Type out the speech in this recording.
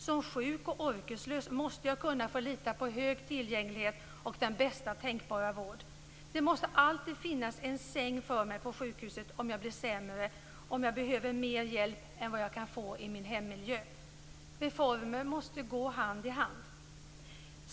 Som sjuk och orkeslös måste jag kunna lita på hög tillgänglighet och bästa tänkbara vård. Det måste alltid finnas en säng för mig på sjukhuset om jag blir sämre och om jag behöver mer hjälp än jag kan få i min hemmiljö. Reformer måste gå hand i hand.